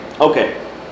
Okay